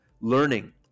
learning